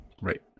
Right